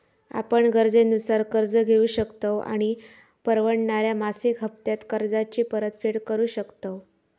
आपण गरजेनुसार कर्ज घेउ शकतव आणि परवडणाऱ्या मासिक हप्त्त्यांत कर्जाची परतफेड करु शकतव